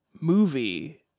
Movie